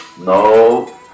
No